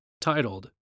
titled